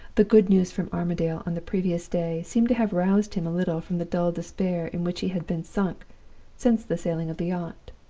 the good news from armadale on the previous day seemed to have roused him a little from the dull despair in which he had been sunk since the sailing of the yacht.